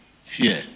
fear